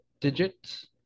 digits